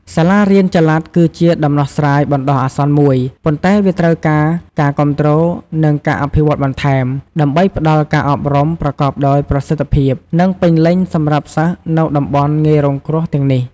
សាលារៀនចល័តគឺជាដំណោះស្រាយបណ្តោះអាសន្នមួយ ប៉ុន្តែវាត្រូវការការគាំទ្រ និងការអភិវឌ្ឍន៍បន្ថែម ដើម្បីផ្តល់ការអប់រំប្រកបដោយប្រសិទ្ធភាព និងពេញលេញសម្រាប់សិស្សនៅតំបន់ងាយរងគ្រោះទាំងនេះ។